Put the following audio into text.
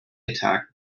attacked